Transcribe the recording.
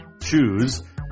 Choose